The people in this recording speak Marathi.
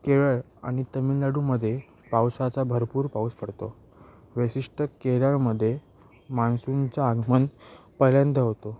केरळ आणि तमिळनाडूमध्ये पावसाचा भरपूर पाऊस पडतो वैशिष्ट्य केरळमध्ये मान्सूनचा आगमन पहिल्यांदा होतो